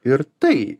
ir tai